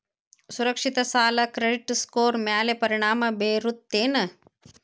ಸುರಕ್ಷಿತ ಸಾಲ credit score ಮ್ಯಾಲೆ ಪರಿಣಾಮ ಬೇರುತ್ತೇನ್